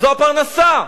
זו הפרנסה,